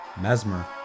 mesmer